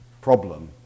problem